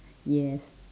yes